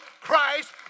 Christ